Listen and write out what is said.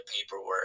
paperwork